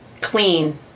clean